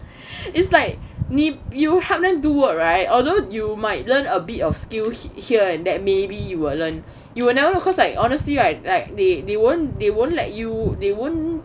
is like ne~ you help them do work right although you might learn a bit of skills here there maybe you will learn you will never know cause like honestly right like they they won't they won't let you they won't